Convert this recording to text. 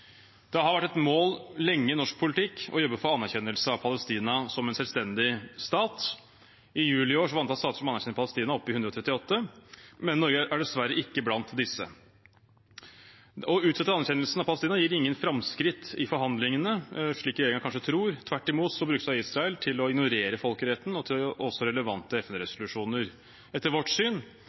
Det har lenge vært et mål i norsk politikk å jobbe for anerkjennelse av Palestina som en selvstendig stat. I juli i år var antallet stater som anerkjenner Palestina, oppe i 138, men Norge er dessverre ikke blant disse. Å utsette anerkjennelsen av Palestina gir ingen framskritt i forhandlingene, slik regjeringen kanskje tror. Tvert imot brukes det av Israel til å ignorere folkeretten og også relevante FN-resolusjoner. Etter vårt syn